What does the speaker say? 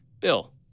Bill